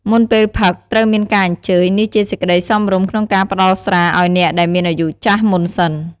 មុនពេលផឹក ត្រូវមានការអញ្ជើញ នេះជាសេចក្ដីសមរម្យក្នុងការផ្តល់ស្រាឲ្យអ្នកដែលមានអាយុចាស់មុនសិន។